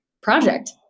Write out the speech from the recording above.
project